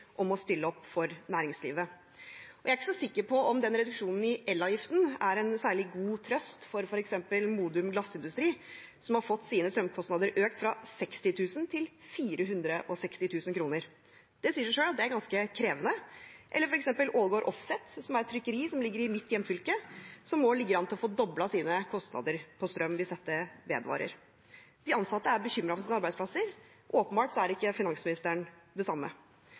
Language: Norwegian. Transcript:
om å stille opp for næringslivet. Jeg er ikke så sikker på om reduksjonen i elavgiften er en særlig god trøst for f.eks. Modum glassindustri, som har fått sine strømkostnader økt fra 60 000 kr til 460 000 kr. Det sier seg selv at det er ganske krevende. Et annet eksempel er Ålgård Offset, som er et trykkeri i mitt hjemfylke, som nå ligger an til å få doblet sine kostnader for strøm hvis dette vedvarer. De ansatte er bekymret for sine arbeidsplasser – åpenbart er ikke finansministeren det samme.